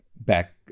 back